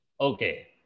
Okay